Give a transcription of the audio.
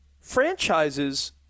Franchises